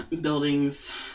buildings